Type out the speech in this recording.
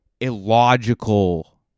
illogical